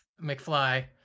McFly